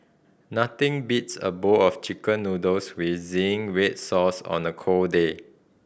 nothing beats a bowl of Chicken Noodles with zingy red sauce on a cold day